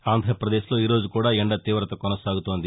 ఆంధ్రప్రదేశ్లో ఈ రోజు కూడా ఎండ తీవత కొనసాగుతోంది